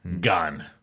Gone